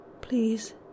Please